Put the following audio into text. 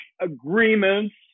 agreements